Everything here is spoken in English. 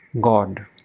God